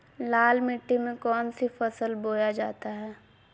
लाल मिट्टी में कौन सी फसल बोया जाता हैं?